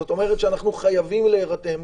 זאת אומרת שאנחנו חייבים להירתם.